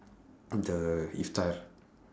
the iftar